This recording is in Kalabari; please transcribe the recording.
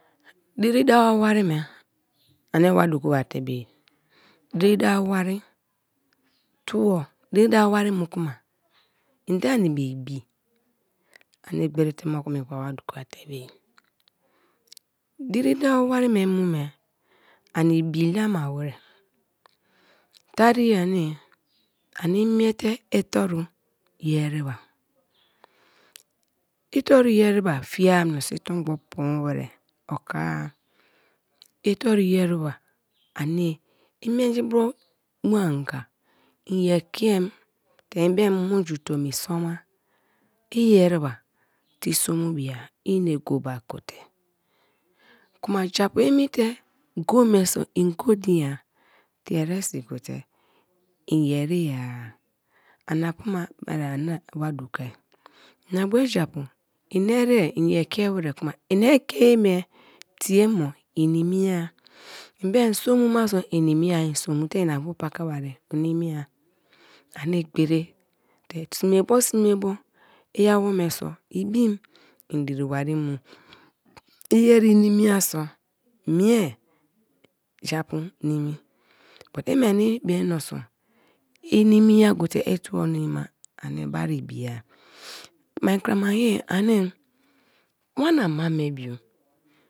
Diri dawo wari me ani wa doku ma te be ye, diri dawo wari, tuo diri dawo wari mu kuma ende ani be ibi ani gberi te moku mingba wa doku ba te be ye. Diri dawo wari me mu me ani ibi lam warar. Teriye ani, ani imiete itoru ye ereba. Itoru yereba fie mini itorugbo poon warar o kon-a, itoru yereba ani minji bro muanga en ye ekem te beem mi ju tomi soma, i ereba te i so mu bia ine goba gote. Kuma japú emi te go me so i go nin ya tie eresi gote i yerèya-a ani apu bere ani wa doku. Ina bue japu eni ere en ye ke warar kuma eni ekee me tie mo inimiya, em beem so mu maso inimiya i so mu te ina bu paka barie inimiya ani gberi te smebo smebo i awome so ibim i diri wari mu, i yeri i nimiya so mie japu nimi, inimiya gote i tubo nimima ani bari ibia. Mai krama ye ani, wana ma be bio.